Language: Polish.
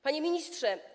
Panie Ministrze!